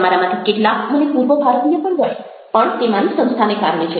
તમારામાંથી કેટલાક મને પૂર્વ ભારતીય પણ ગણે પણ તે મારી સંસ્થાને કારણે છે